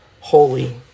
holy